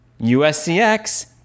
USCX